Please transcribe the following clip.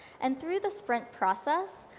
and through the sprint process,